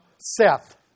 Seth